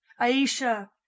Aisha